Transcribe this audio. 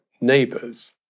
Neighbours